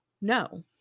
No